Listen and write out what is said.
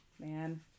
Man